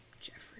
Jeffrey